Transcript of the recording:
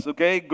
Okay